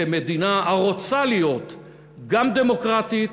כמדינה שרוצה להיות גם דמוקרטית